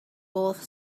both